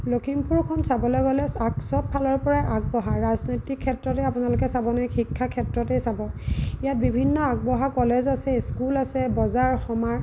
লখিমপুৰখন চাবলৈ গ'লে চাক সবফালৰ পৰা আগবঢ়া ৰাজনৈতিক ক্ষেত্ৰতে আপোনালোকে চাবনে শিক্ষাৰ ক্ষেত্ৰতেই চাব ইয়াত বিভিন্ন আগবঢ়া কলেজ আছে স্কুল আছে বজাৰ সমাৰ